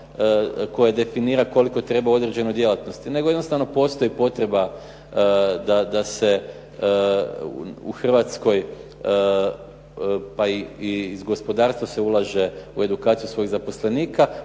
koje definira koliko treba određenoj djelatnosti, nego jednostavno postoji potreba da se u Hrvatskoj pa i iz gospodarstva se ulaže u edukaciju svojih zaposlenika,